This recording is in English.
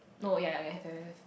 no ya ya have have have